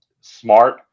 Smart